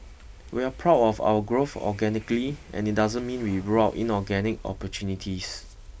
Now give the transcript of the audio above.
we're proud of our growth organically and it doesn't mean we rule out inorganic opportunities